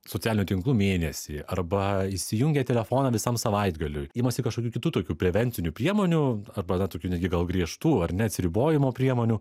socialinių tinklų mėnesį arba išsijungia telefoną visam savaitgaliui imasi kažkokių kitų tokių prevencinių priemonių arba na tokių negi dėl griežtų ar ne atsiribojimo priemonių